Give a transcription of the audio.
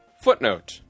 Footnote